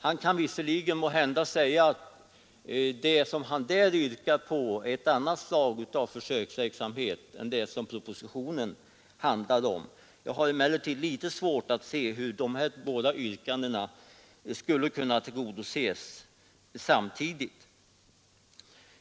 Herr Turesson kanske säger att vad han där yrkat är ett annat slags försöksverksamhet än vad propositionen handlar om, men jag har svårt att se hur dessa båda yrkanden skulle kunna tillgodoses samtidigt.